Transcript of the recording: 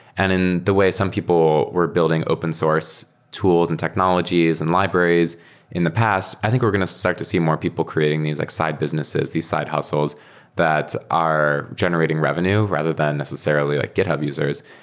and in the way some people were building open source tools and technologies and libraries in the past, i think we're going to start to see more people creating these like side businesses, these side hustles that are generating revenue rather than necessarily like github users.